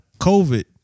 COVID